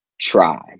try